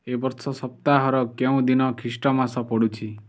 ଏହି ବର୍ଷ ସପ୍ତାହର କେଉଁ ଦିନ ଖ୍ରୀଷ୍ଟମାସ ପଡ଼ୁଛି